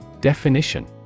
Definition